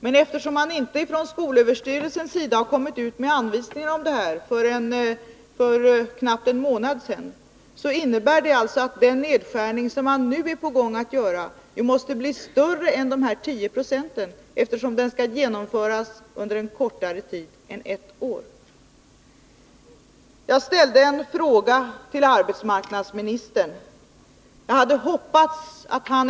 Men då man från skolöverstyrelsens sida inte har kommit ut med anvisningar om detta förrän för knappt en månad sedan, innebär det att den nedskärning man nu håller på att genomföra måste bli större än de 10 procenten, eftersom den skall genomföras under en kortare tid än ett år. Jag ställde en fråga till arbetsmarknadsministern.